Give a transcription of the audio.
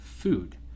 food